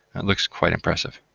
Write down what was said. it looks quite impressive.